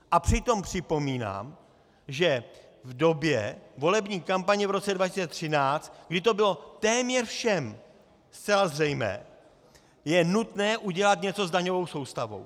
A přitom připomínám, že v době volební kampaně v roce 2013, kdy to bylo téměř všem zcela zřejmé, je nutné udělat něco s daňovou soustavou.